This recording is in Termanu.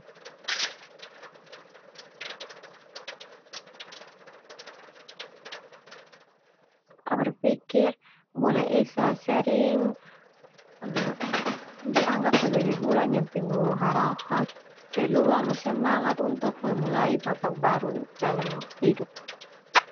Bula esa mengasosiasikan sebagai awal tahun baru. Au berpikir bula Esa sering dianggap sebagai bulan yang penuh harapan no semangat memulai babak baru dalam hidup.